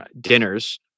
dinners